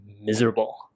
miserable